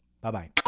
bye-bye